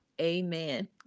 Amen